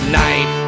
night